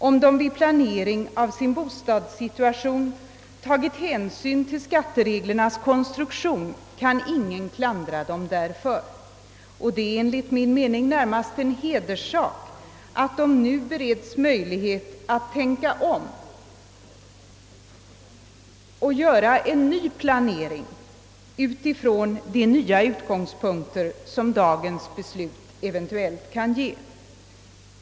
Om de vid planering av sin bostadssituation tagit hänsyn till skattereglernas konstruktion kan ingen klandra dem därför, och det är enligt min åsikt närmast en hederssak att nu bereda dem möjlighet att tänka om och göra en ny planering utifrån de nya utgångspunkter som dagens beslut eventuellt kan medföra.